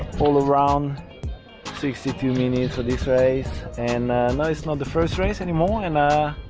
all around sixty two minis for this race and now it's not the first race anymore and